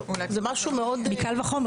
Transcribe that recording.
זה משהו מאוד --- מקל וחומר,